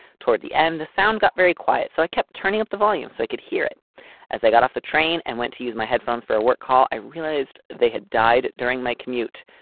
toward the end, the sound got very quiet, so i kept turning up the volume so i could hear it as i got off the train and went to use my headphones for a work call. i realized they had died during my commute,